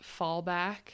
fallback